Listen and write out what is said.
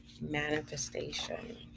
manifestation